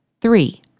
Three